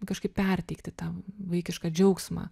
kažkaip perteikti tą vaikišką džiaugsmą